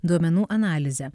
duomenų analizę